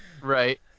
Right